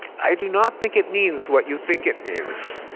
i do not think it means what you think it means.